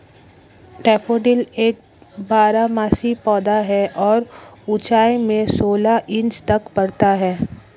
daffodil एक बारहमासी पौधा है और ऊंचाई में सोलह इंच तक बढ़ता है